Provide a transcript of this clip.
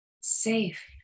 safe